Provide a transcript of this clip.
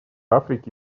африки